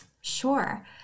Sure